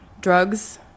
drugs